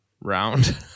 round